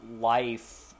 life